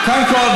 קודם כול,